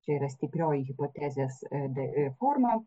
čia yra stiprioji hipotezes e d formą